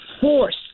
force